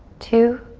two,